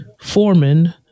Foreman